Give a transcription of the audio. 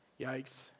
Yikes